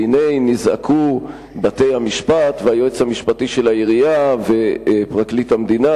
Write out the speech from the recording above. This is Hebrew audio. והנה נזעקו בתי-המשפט והיועץ המשפטי של העירייה ופרקליט המדינה,